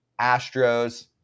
Astros